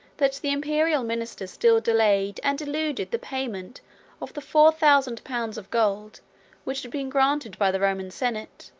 that the imperial ministers still delayed and eluded the payment of the four thousand pounds of gold which had been granted by the roman senate,